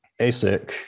ASIC